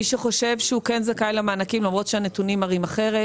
מי שחושב שהוא כן זכאי למענקים למרות שהנתונים מראים אחרת